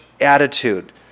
attitude